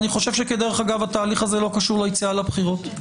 דרך אגב, התהליך הזה לא קשור ליציאה לבחירות.